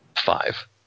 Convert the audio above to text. five